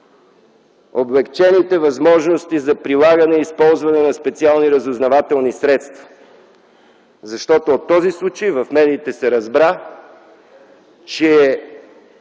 облекчените възможности за прилагане и използване на специални разузнавателни средства. Защото от този случай – в медиите се разбра, че